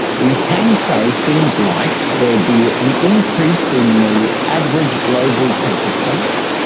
we can say things like there will be an increase in the average global temperature,